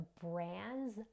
brand's